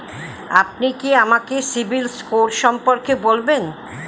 আপনি কি আমাকে সিবিল স্কোর সম্পর্কে বলবেন?